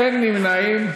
אין נמנעים.